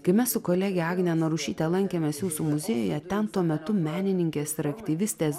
kai mes su kolege agne narušyte lankėmės jūsų muziejuje ten tuo metu menininkės ir aktyvistės